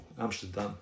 Amsterdam